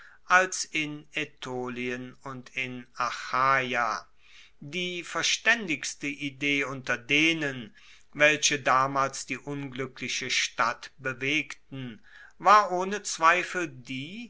als in aetolien und in achaia die verstaendigste idee unter denen welche damals die unglueckliche stadt bewegten war ohne zweifel die